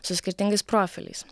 su skirtingais profiliais